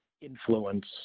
influence